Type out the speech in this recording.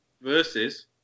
versus